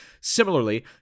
Similarly